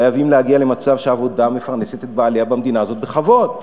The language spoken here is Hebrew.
חייבים להגיע למצב שהעבודה מפרנסת את בעליה במדינה הזאת בכבוד.